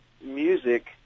music